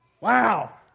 Wow